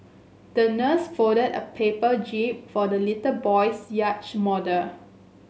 the nurse folded a paper jib for the little boy's yacht model